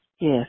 Yes